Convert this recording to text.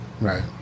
Right